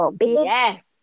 Yes